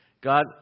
God